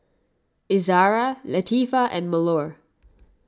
Izzara Latifa and Melur